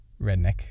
redneck